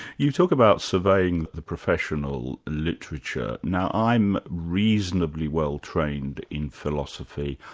you talk about surveying the professional literature. now i'm reasonably well-trained in philosophy,